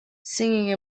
singing